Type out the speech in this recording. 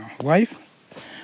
wife